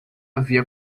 havia